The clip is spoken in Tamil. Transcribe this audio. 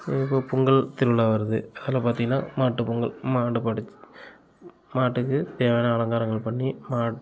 இப்போ பொங்கல் திருநாள் வருது அதில் பார்த்திங்கன்னா மாட்டுப்பொங்கல் மாடு படுத் மாட்டுக்கு தேவையான அலங்காரங்கள் பண்ணி மாட்டை